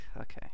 Okay